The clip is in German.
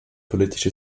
politische